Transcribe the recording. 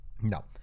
No